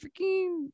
freaking